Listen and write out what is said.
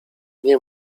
nie